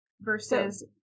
Versus